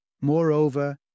Moreover